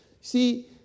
see